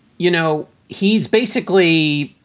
you know, he's basically